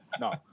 No